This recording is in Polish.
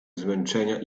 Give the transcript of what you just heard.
zmęczenia